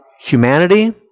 humanity